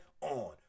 on